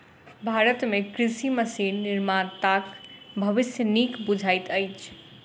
भारत मे कृषि मशीन निर्माताक भविष्य नीक बुझाइत अछि